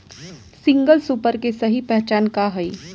Single super के सही पहचान का हई?